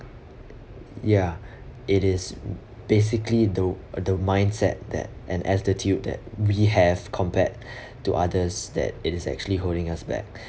ya it is basically the the mindset that an attitude that we have compared to others that it is actually holding us back